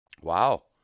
Wow